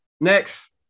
next